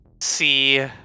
see